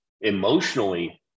Emotionally